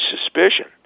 suspicion